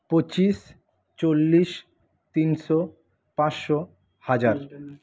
পঁচিশ চল্লিশ তিনশো পাঁসশো হাজার